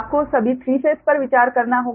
आपको सभी 3 फेस पर विचार करना होगा